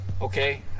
Okay